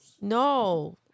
no